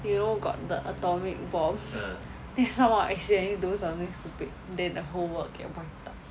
you know got the atomic bombs then someone will accidentally do something stupid then the whole world get wiped out